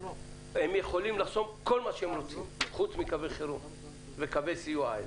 הם יכולים לחסום כל מה שהם רוצים חוץ מקווי חירום וקווי סיוע.